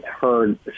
heard